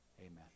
amen